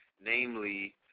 Namely